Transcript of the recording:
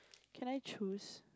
can I choose